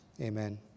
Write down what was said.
Amen